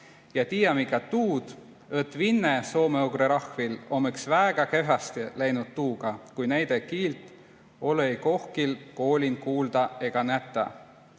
ja tiiämi ka tuud, õt vinne-soomeugi rahvil om õks väega kehvasti läinud tuuga, kui näide kiilt olõ-õi kohkil koolin kuulda ega näta.